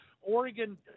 Oregon